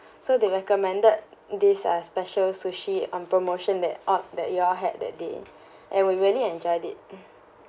so they recommended this uh special sushi on promotion that odd that you all had that day and we really enjoyed it